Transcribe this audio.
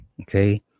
Okay